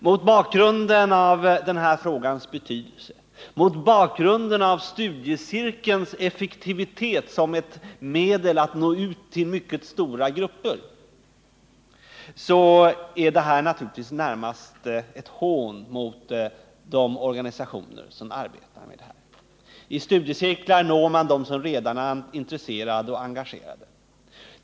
Mot bakgrund av den här frågans betydelse och mot bakgrund av studiecirkelns effektivitet som ett medel att nå ut till mycket stora grupper är detta naturligtvis närmast ett hån mot de organisationer som arbetar med de här frågorna. I studiecirklar når man dem som redan är intresserade och engagerade.